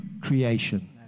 creation